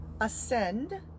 ascend